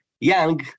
young